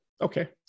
Okay